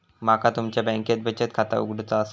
माका तुमच्या बँकेत बचत खाता उघडूचा असा?